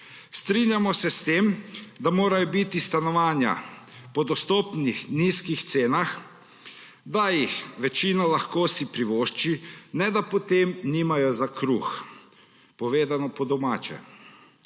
Strinjamo se s tem, da morajo biti stanovanja po dostopnih, nizkih cenah, da si jih večina lahko privošči, ne da potem nimajo za kruh, povedano po domače.